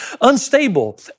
unstable